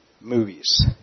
movies